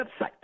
website